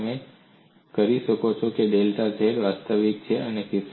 તેથી તમે કરી શકો છો ડેલ્ટા z વાસ્તવિક છે